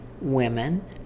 women